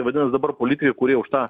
tai vadinas dabar politikai kurie už tą